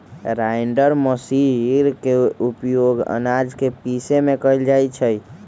grinder machine के उपयोग आनाज के पीसे में कइल जाहई